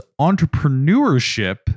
Entrepreneurship